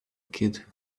kid